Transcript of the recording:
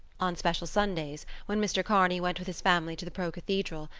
on special sundays, when mr. kearney went with his family to the pro-cathedral,